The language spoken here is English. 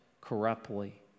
corruptly